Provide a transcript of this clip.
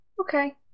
Okay